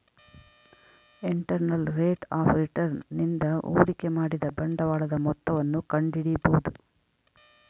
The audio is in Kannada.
ಇಂಟರ್ನಲ್ ರೇಟ್ ಆಫ್ ರಿಟರ್ನ್ ನಿಂದ ಹೂಡಿಕೆ ಮಾಡಿದ ಬಂಡವಾಳದ ಮೊತ್ತವನ್ನು ಕಂಡಿಡಿಬೊದು